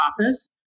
office